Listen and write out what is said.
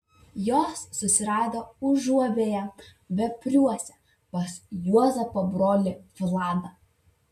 jos susirado užuovėją vepriuose pas juozapo brolį vladą